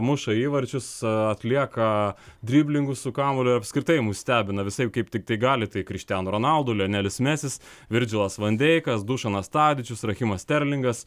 muša įvarčius atlieka driblingus su kamuoliu apskritai mus stebina visaip kaip tiktai gali tai chrištiano ronaldo lionelis mesis virdžilas van deikas dušanas tadičius rachimas sterlingas